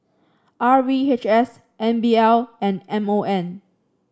R V H S N B L and M O M